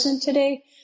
today